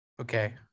Okay